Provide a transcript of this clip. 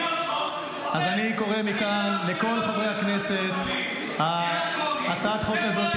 אז אני קורא מכאן לכל חברי הכנסת: הצעת החוק הזאת